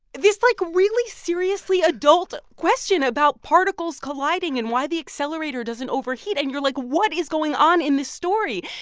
this, like, really, seriously adult question about particles colliding and why the accelerator doesn't overheat. and you're like, what is going on in this story?